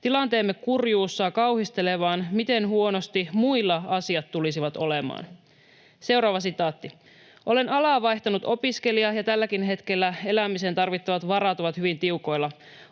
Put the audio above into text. Tilanteemme kurjuus saa kauhistelemaan, miten huonosti muilla asiat tulisivat olemaan.” ”Olen alaa vaihtanut opiskelija, ja tälläkin hetkellä elämiseen tarvittavat varat ovat hyvin tiukoilla.